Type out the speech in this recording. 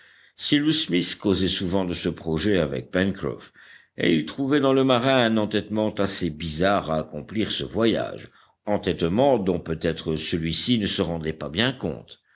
cyrus smith causait souvent de ce projet avec pencroff et il trouvait dans le marin un entêtement assez bizarre à accomplir ce voyage entêtement dont peut-être celui-ci ne se rendait pas bien compte